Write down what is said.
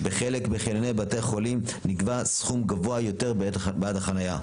בחלק מחניוני בתי החולים נקבע סכום גבוה יותר בעד החניה.